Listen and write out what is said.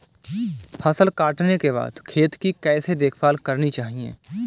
फसल काटने के बाद खेत की कैसे देखभाल करनी चाहिए?